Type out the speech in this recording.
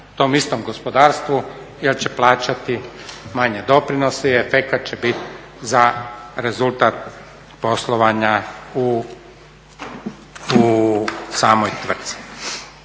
tom istom gospodarstvu jer će plaćati manje doprinose i efekt će biti za rezultat poslovanja u samoj tvrtci.